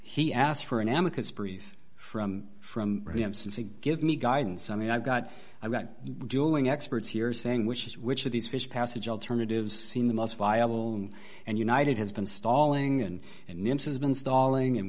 he asked for an amicable brief from from him since he give me guidance i mean i've got i've got dueling experts here saying which is which of these fish passage alternatives seem the most viable and united has been stalling and